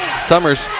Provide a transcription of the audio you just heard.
Summers